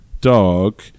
dog